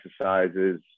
exercises